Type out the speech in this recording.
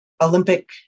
Olympic